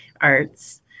arts